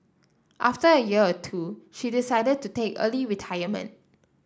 after a year or two she decided to take early retirement